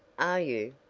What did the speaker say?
are you?